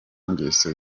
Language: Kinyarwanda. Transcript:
ngeso